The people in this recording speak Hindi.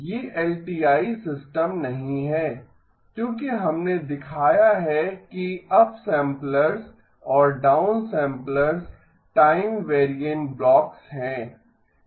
ये एलटीआई सिस्टम्स नहीं हैं क्योंकि हमने दिखाया है कि अपसैंपलर्स और डाउनसैंपलर्स टाइम वेरिएंट ब्लॉक्स हैं